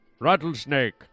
rattlesnake